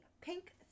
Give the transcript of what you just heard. pink